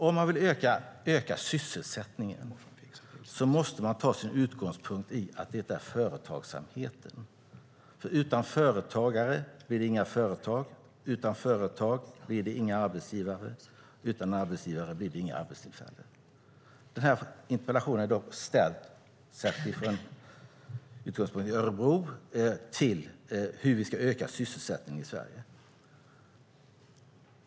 Om man vill öka sysselsättningen måste man ta sin utgångspunkt i att det handlar om företagsamheten. Utan företagare blir det inga företag. Utan företag blir det inga arbetsgivare. Utan arbetsgivare blir det inga arbetstillfällen. Den här interpellationen är ställd med utgångspunkt i Örebro och gäller hur vi ska öka sysselsättningen i Sverige.